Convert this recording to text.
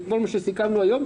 את כל מה שסיכמנו היום,